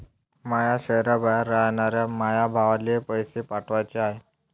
माया शैहराबाहेर रायनाऱ्या माया भावाला पैसे पाठवाचे हाय